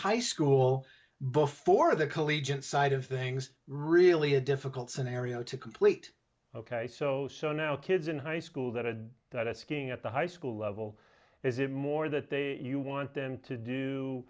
high school but for the collegiate side of things really a difficult scenario to complete ok so so now kids in high school that had that skiing at the high school level is it more that they you want them to do